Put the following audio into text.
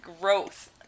growth